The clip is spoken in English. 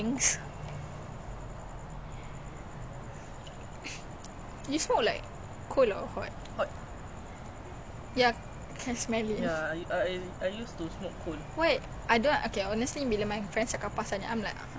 they said hot sakit berat berat is it what you say heavier ah